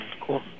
Cool